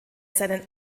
seinen